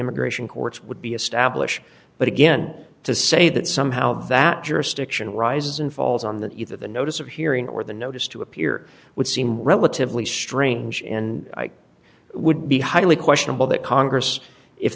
immigration courts would be established but again to say that somehow that jurisdiction rises and falls on that either the notice of hearing or the notice to appear would seem relatively strange and i would be highly questionable that congress if